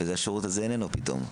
והשירות הזה איננו פתאום.